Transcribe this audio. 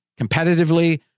competitively